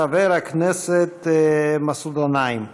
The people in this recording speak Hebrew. חבר הכנסת מסעוד גנאים.